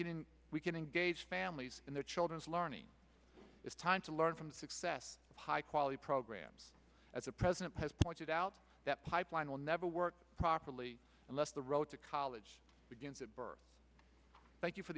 in we can engage families in their children's learning it's time to learn from the success of high quality programs as the president has pointed out that pipeline will never work properly unless the road to college begins at birth thank you for